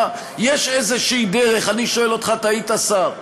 מה, יש איזושהי דרך, אני שואל אותך, אתה היית שר.